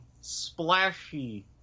splashy